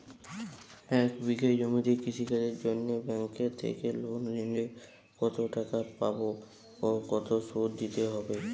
এক বিঘে জমিতে কৃষি কাজের জন্য ব্যাঙ্কের থেকে লোন নিলে কত টাকা পাবো ও কত শুধু দিতে হবে?